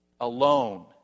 alone